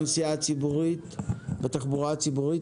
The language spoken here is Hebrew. אנחנו בישיבה חשובה בסוגיית הרפורמה בתעריפי הנסיעה בתחבורה הציבורית,